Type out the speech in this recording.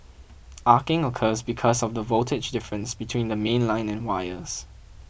arcing occurs because of the voltage difference between the mainline and wires